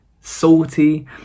salty